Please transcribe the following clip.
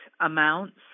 amounts